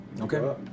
Okay